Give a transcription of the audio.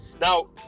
Now